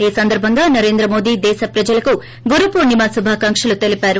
ఈ సందర్బంగా ప్ర నరేంద్రమోడి దేశ ప్రజలకు గురుపూర్ణిమ శుభాకాంక్షలు తెలిపారు